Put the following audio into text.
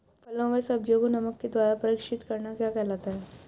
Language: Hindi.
फलों व सब्जियों को नमक के द्वारा परीक्षित करना क्या कहलाता है?